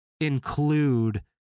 include